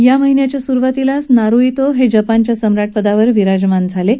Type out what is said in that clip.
या महिन्याच्या सुरुवातीलाच नारू ज्ञो हे जपानच्या सम्राट पदावर विराजमान झाले होते